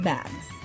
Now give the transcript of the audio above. Bags